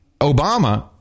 Obama